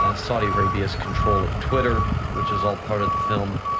ah saudi arabia's control of twitter, which is all part of the film,